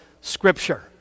Scripture